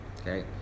Okay